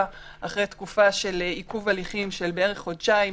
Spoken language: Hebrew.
אחרי תקופה של עיכוב הליכים של בערך חודשיים.